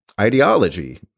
ideology